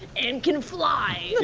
and can fly.